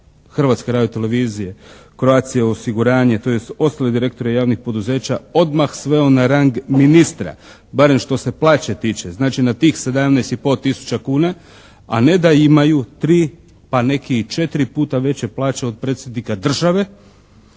Hrvatske radiotelevizije, Croatia osiguranje, tj., ostale direktore javnih poduzeća odmah sveo na rang ministra, barem što se plaće tiče. Znači, na tih 17 i pol tisuća kuna, a ne da imaju 3 pa neki i 4 puta veže plaće od Predsjednika države